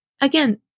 Again